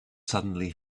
suddenly